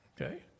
Okay